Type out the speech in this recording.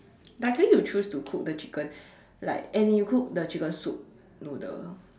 luckily you choose to cook the chicken like and you cooked the chicken soup noodle